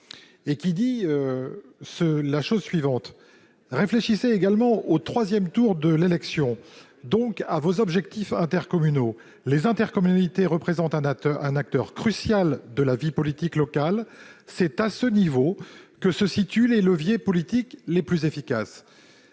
On y lit la chose suivante :« Réfléchissez également au troisième tour de l'élection, donc à vos objectifs intercommunaux. Les intercommunalités représentent un acteur crucial de la vie politique locale. C'est à ce niveau que se situent les leviers politiques les plus efficaces.